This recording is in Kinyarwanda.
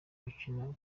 mukino